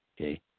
okay